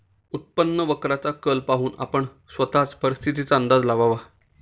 उत्पन्न वक्राचा कल पाहून आपण स्वतःच परिस्थितीचा अंदाज लावावा